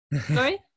Sorry